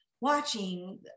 watching